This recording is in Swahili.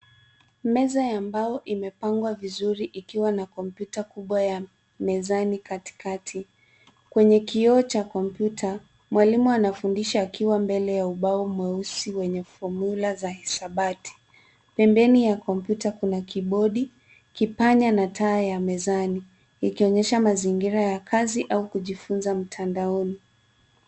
Meza ya mbao imepangwa vizuri ikiwa na kompyuta kubwa ya mezani katikati. Kwenye kioo cha kompyuta mwalimu anafundisha akiwa mbele ya ubao mweusi wenye fomula za hisabati . Pembeni ya kompyuta kuna kibodi, kipanya na taa ya mezani ikionyesha mazingira ya kazi au kujifunza mtandaoni.